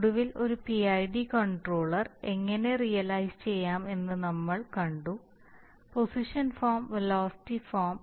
ഒടുവിൽ ഒരു PID controller എങ്ങിനെ റിയൽലൈസ് ചെയ്യാം എന്ന നമ്മൾ നമ്മൾ കണ്ടു പൊസിഷൻ ഫോം വെലോസിറ്റി ഫോം